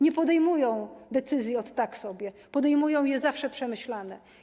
Nie podejmują decyzji ot tak sobie, podejmują je zawsze przemyślane.